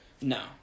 No